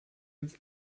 uns